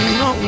no